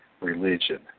Religion